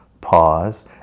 Pause